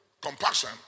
compassion